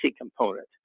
component